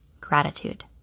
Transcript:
gratitude